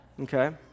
Okay